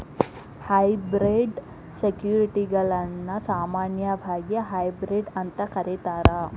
hybrid ಸೆಕ್ಯುರಿಟಿಗಳನ್ನ ಸಾಮಾನ್ಯವಾಗಿ hybrid ಅಂತ ಕರೇತಾರ